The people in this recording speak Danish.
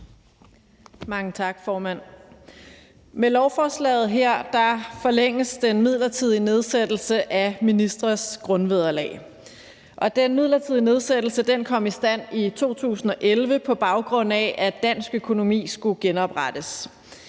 Med lovforslaget her forlænges den midlertidige nedsættelse af ministres grundvederlag. Den midlertidige nedsættelse kom i stand i 2011, på baggrund af at dansk økonomi skulle genoprettes.